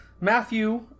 Matthew